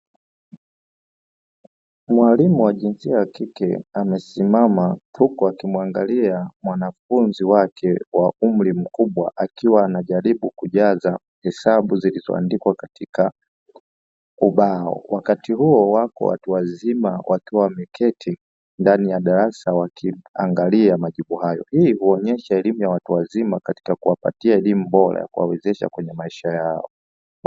Mwalimu wa jinsia ya kike amesimama, huku akimwangalia mwanafunzi wake wa umri mkubwa, akiwa anajaribu kujaza hesabu zilizoandikwa katika ubao, wakati huo wako watu wazima wakiwa wameketi ndani ya darasa wakiangalia majibu hayo. Hii huonyesha elimu ya watu wazima katika kuwapatia elimu bora ya kuwawezesha kwenye maisha yao,